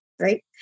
right